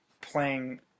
playing